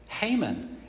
Haman